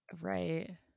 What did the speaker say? Right